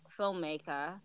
filmmaker